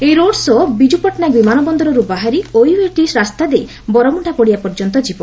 ଏହି road show Biju Patnaik ବିମାନ ବନ୍ଦରରୁ ବାହାରି ଓୟୁଏଟି ରାସ୍ତା ଦେଇ ବରମ୍ରଣ୍ତା ପଡ଼ିଆ ପର୍ଯ୍ୟନ୍ତ ଯିବ